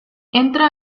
entra